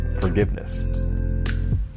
forgiveness